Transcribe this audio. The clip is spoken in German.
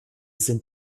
sind